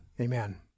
Amen